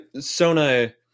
Sona